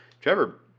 Trevor